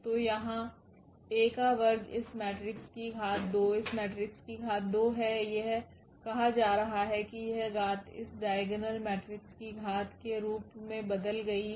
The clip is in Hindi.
तो यहाँ A का वर्ग इस मेट्रिक्स की घात 2 इस मेट्रिक्स की घात 2 है यह कहा जा रहा है कि यह घात इस डाइगोनल मेट्रिक्स की घात के रूप में बदल गई है